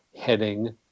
heading